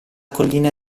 collina